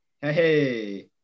Hey